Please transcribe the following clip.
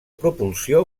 propulsió